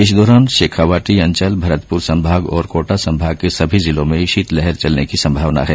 इस दौरान शेखावाटी अंचल भरतपुर संभाग और कोटा संभाग के सभी जिलों में शीतलहर चलने की संभावना है